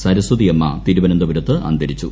സരസ്വതി അമ്മ തിരുവനന്തപുരത്ത് അന്തരിച്ചു